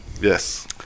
Yes